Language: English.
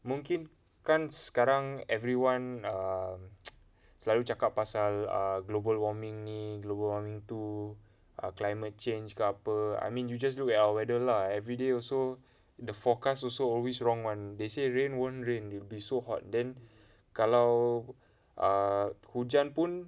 mungkin kan sekarang everyone err selalu cakap pasal err global warming ni global warming tu our climate change ke apa I mean you just look at our weather lah everyday also in the forecast also always wrong [one] they say rain won't rain will be so hot then kalau err hujan pun